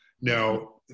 Now